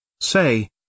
Say